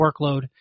workload